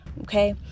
Okay